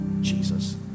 Jesus